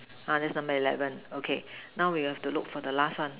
uh that